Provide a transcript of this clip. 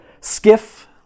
skiff